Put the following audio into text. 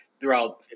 throughout